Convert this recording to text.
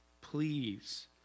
please